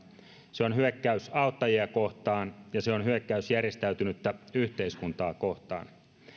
se on hyökkäys auttajia kohtaan ja se on hyökkäys järjestäytynyttä yhteiskuntaa kohtaan